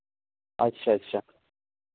अच्छा अच्छा